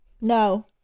No